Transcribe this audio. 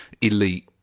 elite